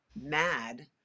mad